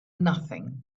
nothing